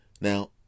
Now